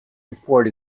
report